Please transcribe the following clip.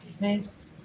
Nice